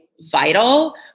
vital